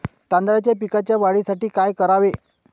तांदळाच्या पिकाच्या वाढीसाठी काय करावे?